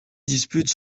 dispute